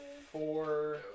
Four